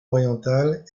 orientales